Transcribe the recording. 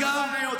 אגב,